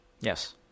Yes